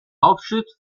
aufschrift